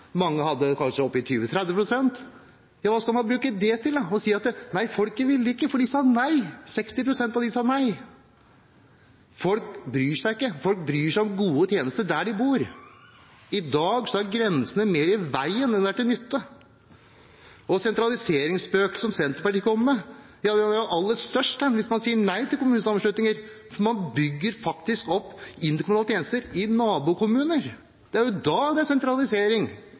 Mange hadde kanskje opp mot 20–30 pst. Hva skal man bruke det til – til å si at nei, folket ville ikke, for de sa nei, 60 pst. av dem sa nei? Folk bryr seg ikke. Folk bryr seg om gode tjenester der de bor. I dag er grensene mer i veien enn de er til nytte. Sentraliseringsspøkelset, som Senterpartiet kommer med, er aller størst hvis man sier nei til kommunesammenslutninger, for man bygger faktisk opp interkommunale tjenester i nabokommuner. Det er da det er sentralisering